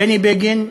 בני בגין,